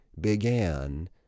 began